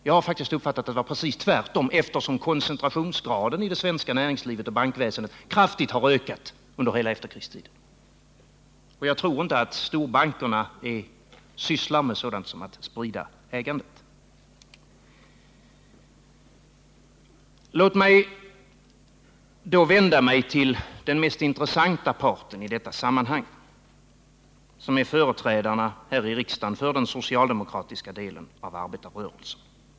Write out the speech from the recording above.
Jag har faktiskt uppfattat att det var precis tvärtom, eftersom koncentrationsgraden i det svenska näringslivet och bankväsendet kraftigt har ökat under hela efterkrigstiden. Jag tror inte att storbankerna sysslar med sådant som att sprida ägandet. Låt mig då vända mig till den mest intressanta parten i detta sammanhang, som är företrädarna här i riksdagen för den socialdemokratiska delen av arbetarrörelsen.